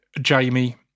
Jamie